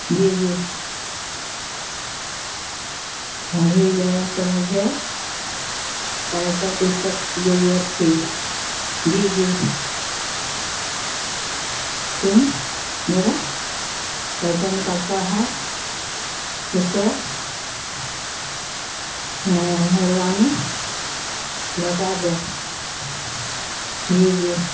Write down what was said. جی جی ابھی ذرا سے مجھے پیسہ کی سخت ضرورت تھی جی جی تو میرا پیسہ نکلتا ہے اسے مہربانی لوٹا دیں جی جی